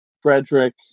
Frederick